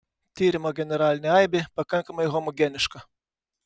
tyrimo generalinė aibė pakankamai homogeniška